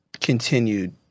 continued